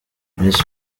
miss